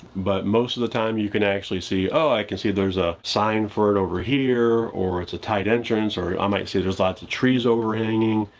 but most of the time you can actually see, oh, i can see there's a sign for it over here. or it's a tight entrance. or i might see there's lots of trees overhanging.